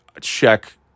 check